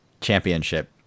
championship